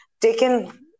taken